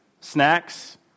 snacks